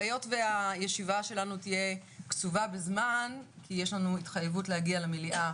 היות והישיבה שלנו תהיה קצובה בזמן כי יש לנו התחייבות להגיע למליאה